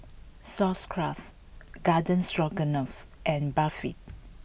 Sauerkraut Garden Stroganoff and Barfi